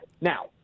Now